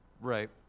Right